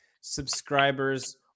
subscribers